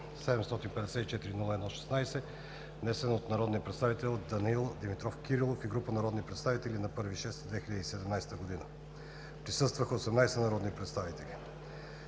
754-01-16, внесен от народния представител Данаил Димитров Кирилов и група народни представители на 1 юни 2017 г. Присъстваха 18 народни представители.